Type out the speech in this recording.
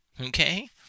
okay